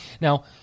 Now